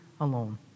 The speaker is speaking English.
alone